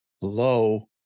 low